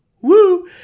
Woo